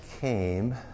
came